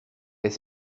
est